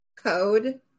Code